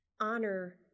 honor